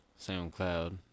SoundCloud